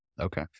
okay